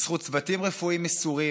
בזכות צוותים רפואיים מסורים,